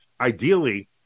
ideally